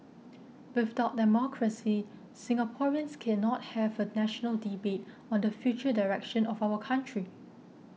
without democracy Singaporeans cannot have a national debate on the future direction of our country